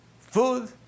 food